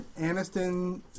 Aniston